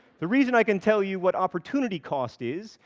the reason i can tell you what opportunity cost is,